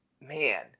man